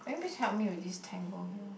could you please help me with this tangle here